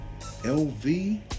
LV